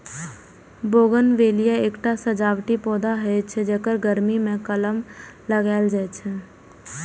bougainvillea एकटा सजावटी पौधा होइ छै, जेकर गर्मी मे कलम लगाएल जाइ छै